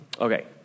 Okay